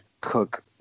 Cook